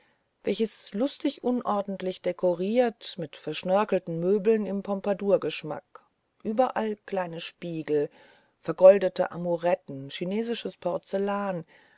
welches lustig unordentlich dekoriert mit verschnörkelten möbeln im pompadourgeschmack überall kleine spiegel vergoldete amoretten chinesisches porzellan